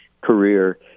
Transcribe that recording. career